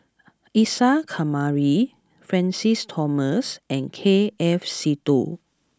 Isa Kamari Francis Thomas and K F Seetoh